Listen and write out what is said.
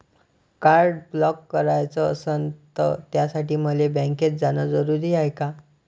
Card block कराच असनं त त्यासाठी मले बँकेत जानं जरुरी हाय का?